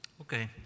Okay